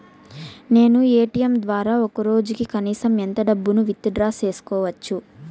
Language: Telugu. నేను ఎ.టి.ఎం ద్వారా ఒక రోజుకి కనీసం ఎంత డబ్బును విత్ డ్రా సేసుకోవచ్చు?